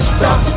Stop